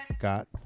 got